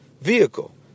vehicle